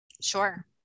Sure